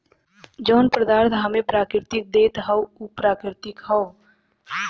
जौन पदार्थ हम्मे प्रकृति देत हौ उ प्राकृतिक हौ